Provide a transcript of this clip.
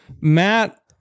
Matt